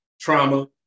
trauma